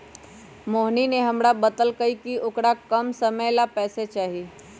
मोहिनी ने हमरा बतल कई कि औकरा कम समय ला पैसे चहि